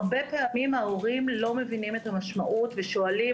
הרבה פעמים ההורים לא מבינים את המשמעות ושואלים